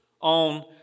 on